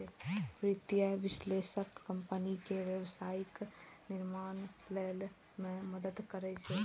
वित्तीय विश्लेषक कंपनी के व्यावसायिक निर्णय लए मे मदति करै छै